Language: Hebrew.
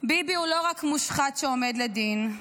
ביבי הוא לא רק מושחת שעומד לדין,